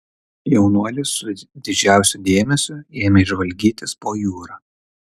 jaunuolis su didžiausiu dėmesiu ėmė žvalgytis po jūrą